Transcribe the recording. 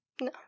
No